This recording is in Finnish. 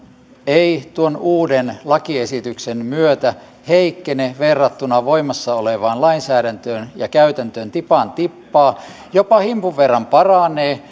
ei tuon uuden lakiesityksen myötä heikkene verrattuna voimassa olevaan lainsäädäntöön ja käytäntöön tipan tippaa jopa himpun verran paranee